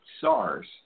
SARS